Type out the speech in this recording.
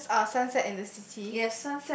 oh that's uh sunset in the city